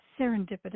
serendipitous